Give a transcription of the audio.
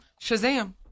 Shazam